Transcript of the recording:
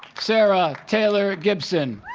sarah taylor gibson